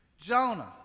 Jonah